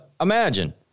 imagine